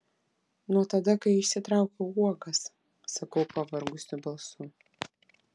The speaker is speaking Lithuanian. nuo tada kai išsitraukiau uogas sakau pavargusiu balsu